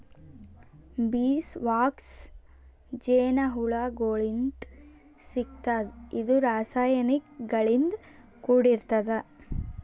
bees wax ಜೇನಹುಳಗೋಳಿಂತ್ ಸಿಗ್ತದ್ ಇದು ರಾಸಾಯನಿಕ್ ಗಳಿಂದ್ ಕೂಡಿರ್ತದ